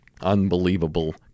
Unbelievable